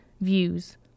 views